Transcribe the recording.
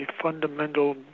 fundamental